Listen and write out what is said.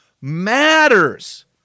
matters